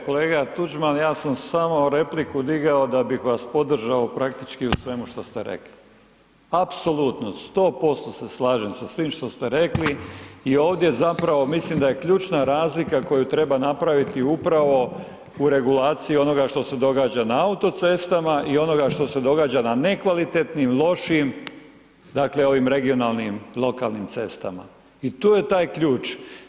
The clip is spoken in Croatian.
Kolega Tuđman, ja sam samo repliku da bih vas podržao u praktički u svemu što ste rekli, apsolutno, 100% se slažem sa svim što ste rekli i ovdje zapravo mislim da je ključna razlika koju treba napraviti upravio u regulaciji onoga onog što se događa na autocestama i onoga što se događa na nekvalitetnim, lošim, dakle ovim regionalnim lokalnim cestama i tu je taj ključ.